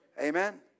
Amen